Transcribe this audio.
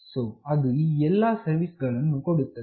so ಅದು ಈ ಎಲ್ಲಾ ಸರ್ವೀಸ್ ಗಳನ್ನು ಕೊಡುತ್ತದೆ